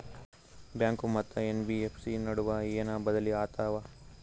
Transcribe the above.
Bank ಮತ್ತ NBFC ನಡುವ ಏನ ಬದಲಿ ಆತವ?